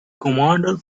commander